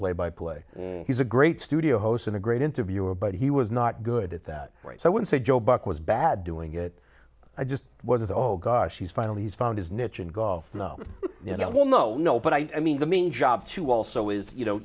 play by play he's a great studio host in a great interviewer but he was not good at that rate so i would say joe buck was bad doing it i just was oh gosh he's finally he's found his niche in golf no you know no no but i mean the main job to also is you know